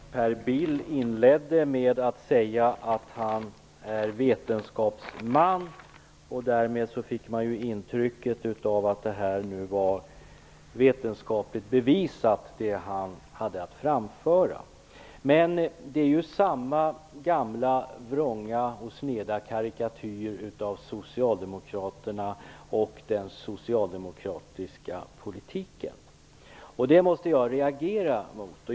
Herr talman! Jag begärde replik därför att Per Bill inledde med att säga att han är vetenskapsman. Därmed fick man intrycket att det han hade att framföra var vetenskapligt bevisat. Men det han framförde var den gamla vanliga vrånga och sneda karikatyren av socialdemokraterna och den socialdemokratiska politiken, och den måste jag reagera mot.